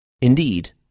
Indeed